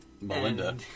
Melinda